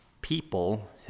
people